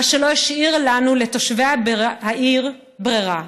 מה שלא השאיר לנו, לתושבי העיר, ברירה.